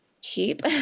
cheap